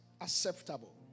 acceptable